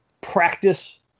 practice